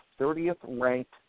30th-ranked